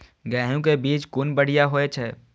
गैहू कै बीज कुन बढ़िया होय छै?